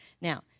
Now